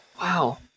wow